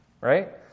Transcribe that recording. right